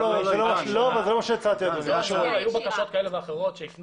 היו בקשות כאלה ואחרות שהפנו